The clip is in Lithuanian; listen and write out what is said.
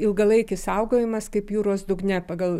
ilgalaikis saugojimas kaip jūros dugne pagal